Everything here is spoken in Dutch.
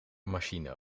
machine